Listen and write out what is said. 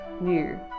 new